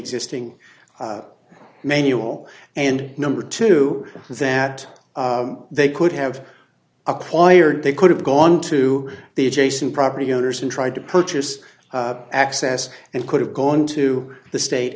existing manual and number two that they could have acquired they could have gone to the adjacent property owners and tried to purchase access and could have gone to the state